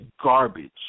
garbage